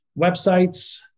websites